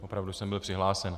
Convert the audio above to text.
Opravdu jsem byl přihlášen.